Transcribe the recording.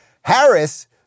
Harris